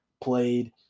played